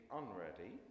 unready